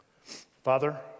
Father